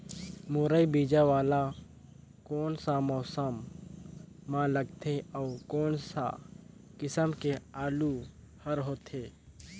मुरई बीजा वाला कोन सा मौसम म लगथे अउ कोन सा किसम के आलू हर होथे?